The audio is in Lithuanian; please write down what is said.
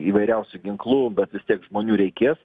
įvairiausių ginklų bet vis tiek žmonių reikės